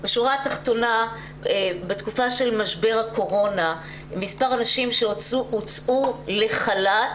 בשורה התחתונה בתקופה של משבר הקורונה מספר הנשים שהוצאו לחל"ת